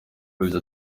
yagize